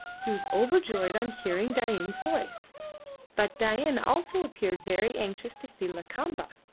he was overjoyed on hearing dain's voice but dain also appeared very anxious to see lakamba,